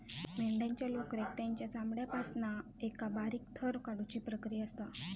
मेंढ्यांच्या लोकरेक तेंच्या चामड्यापासना एका बारीक थर काढुची प्रक्रिया असा